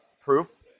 proof